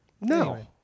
no